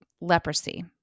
leprosy